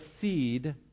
seed